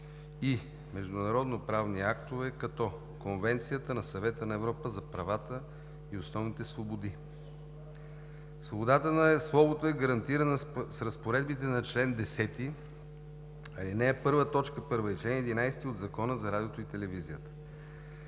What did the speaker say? и международноправни актове като Конвенцията на Съвета на Европа за правата и основните свободи. Свободата на словото е гарантирана с разпоредбите на чл. 10, ал. 1, т. 1 и в чл. 11 от Закона за радиото и телевизията.